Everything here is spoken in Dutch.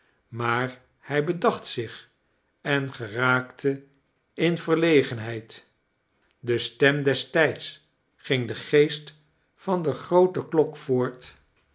maar hij bedacht zich en geraakte in verlegenheid de stem des tijds ging de geest van de groote klok voort